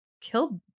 killed